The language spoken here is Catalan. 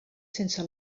sense